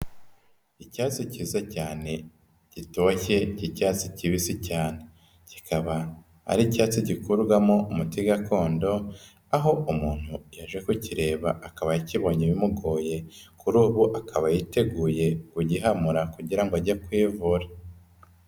Icyatsi cyiza cyane, gitoshye, icyatsi kibisi cyane, kikaba ari icyatsi gikurwamo umuti gakondo, aho umuntu yaje kukireba akaba akibonye bimugoye, kuri ubu akaba yiteguye kugihamura kugira ngo ajye kwivura.